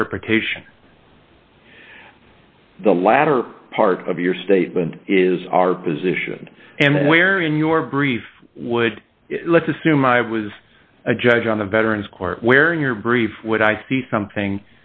interpretation the latter part of your statement is our position and where in your brief would let's assume i was a judge on the veterans court where in your brief would i see something